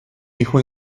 hijo